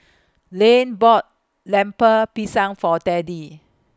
Lane bought Lemper Pisang For Teddy